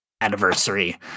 anniversary